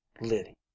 Liddy